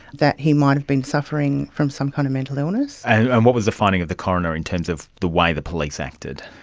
that he might have been suffering from some kind of mental illness. and what was the finding of the coroner in terms of the way the police acted?